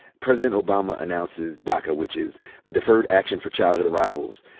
president obama announces daca, which is the deferred action for childhood arrivals.